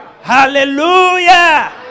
Hallelujah